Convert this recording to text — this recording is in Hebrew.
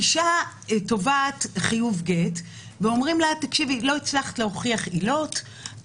אישה תובעת חיוב גט ואומרים לה: לא הצלחת להוכיח עילות,